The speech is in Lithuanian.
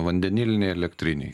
vandenilinėj elektrinėj